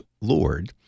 Lord